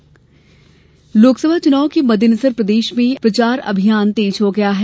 चुनाव प्रचार लोकसभा चुनाव के मद्देनजर प्रदेश में प्रचार अभियान तेज हो गया है